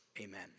Amen